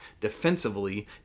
defensively